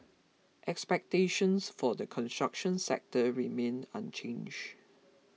expectations for the construction sector remain unchange